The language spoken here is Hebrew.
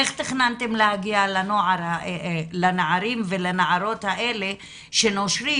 איך תכננתם להגיע לנערים ולנערות האלה שנושרים